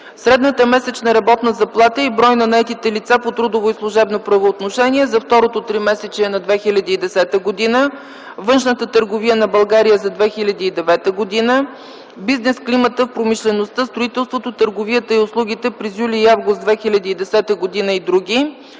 средната месечна работна заплата и брой на наетите лица по трудово и служебно правоотношение за второто тримесечие на 2010 г.; външната търговия на България за 2009 г.; бизнес климата в промишлеността, строителството, търговията и услугите през юли и август 2010г. и други.